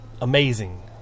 Amazing